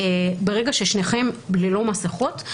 ברגע ששניכם ללא מסכות,